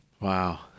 Wow